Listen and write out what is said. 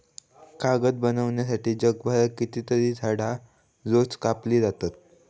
कागद बनवच्यासाठी जगभरात कितकीतरी झाडां रोज कापली जातत